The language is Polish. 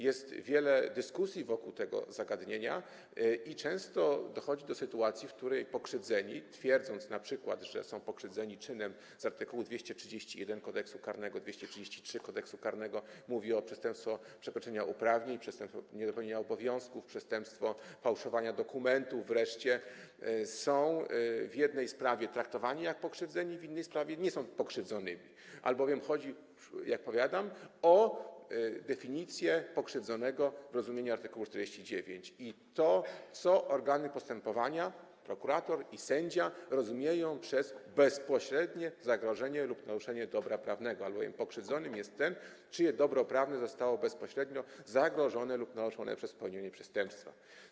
Jest wiele dyskusji wokół tego zagadnienia i często dochodzi do sytuacji, w której pokrzywdzeni, twierdząc np., że są pokrzywdzenia czynem z art. 231 Kodeksu karnego, art. 233 Kodeksu karnego - chodzi o przestępstwo przekroczenia uprawnień, przestępstwo niedopełnienia obowiązków, wreszcie przestępstwo fałszowania dokumentów - są w jednej sprawie traktowani jak pokrzywdzeni, w innej sprawie nie są pokrzywdzonymi, albowiem chodzi, jak powiadam, o definicję pokrzywdzonego w rozumieniu art. 49 i o to, co organy postępowania, prokurator i sędzia, rozumieją przez bezpośrednie zagrożenie lub naruszenie dobra prawnego, albowiem pokrzywdzonym jest ten, czyje dobro prawne zostało bezpośrednio zagrożone lub naruszone przez popełnienie przestępstwa.